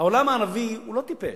העולם הערבי הוא לא טיפש.